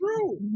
true